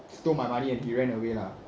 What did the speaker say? stole my money and he ran away lah